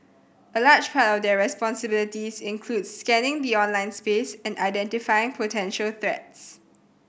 a large part of their responsibilities includes scanning the online space and identify potential threat